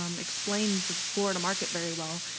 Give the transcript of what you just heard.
um explained the florida market very well.